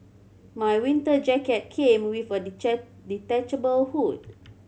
my winter jacket came with a detachable hood